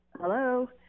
Hello